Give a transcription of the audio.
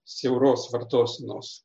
siauros vartosenos